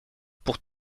pour